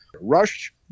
Rush